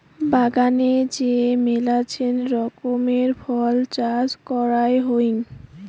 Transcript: বাগানে যে মেলাছেন রকমের ফল চাষ করাং হই